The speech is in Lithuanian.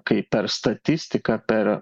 kaip per statistiką per